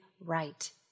right